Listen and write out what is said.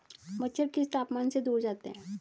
मच्छर किस तापमान से दूर जाते हैं?